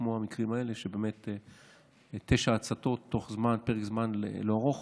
כמו המקרים האלה של תשע הצתות בתוך פרק זמן לא ארוך.